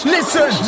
Listen